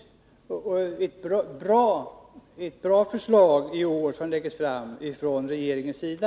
Och det är ett bra förslag i år som läggs fram från regeringens sida.